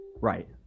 Right